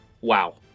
wow